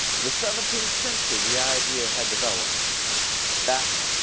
in the seventeenth century the idea had developed that